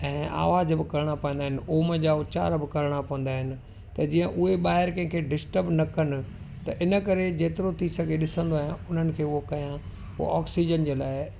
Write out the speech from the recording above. ऐं आवाज़ बि करिणा पवंदा आहिनि ओम जा उचार बि करिणा पवंदा आहिनि त जीअं उहे ॿाहिरि कंहिंखे डिस्टर्ब न कनि त इन करे जेतिरो थी सघे ॾिसंदो आहियां उन्हनि खे उहो कयां हो ऑक्सीजन जे लाइ